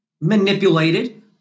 manipulated